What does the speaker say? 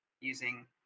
using